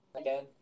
again